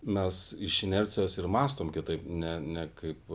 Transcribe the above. mes iš inercijos ir mąstom kitaip ne ne kaip